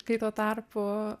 kai tuo tarpu